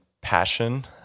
passion